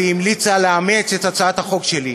והיא המליצה לאמץ את הצעת החוק שלי.